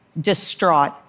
distraught